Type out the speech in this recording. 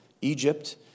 Egypt